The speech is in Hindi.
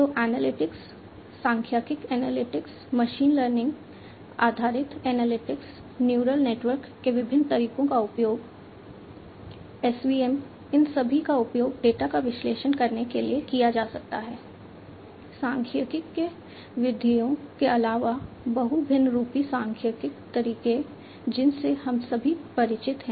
तो एनालिटिक्स न्यूरल नेटवर्क के विभिन्न तरीकों का उपयोग SVM इन सभी का उपयोग डेटा का विश्लेषण करने के लिए किया जा सकता है सांख्यिकीय विधियों के अलावा बहुभिन्नरूपी सांख्यिकीय तरीके जिनसे हम सभी परिचित हैं